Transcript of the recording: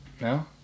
No